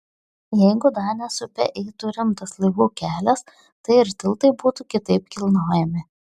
jeigu danės upe eitų rimtas laivų kelias tai ir tiltai būtų kitaip kilnojami